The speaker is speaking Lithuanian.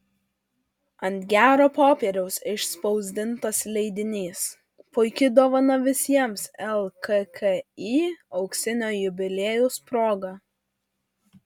ant gero popieriaus išspausdintas leidinys puiki dovana visiems lkki auksinio jubiliejaus proga